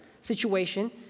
situation